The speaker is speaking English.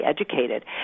educated